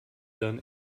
done